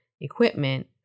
equipment